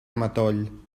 matoll